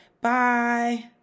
Bye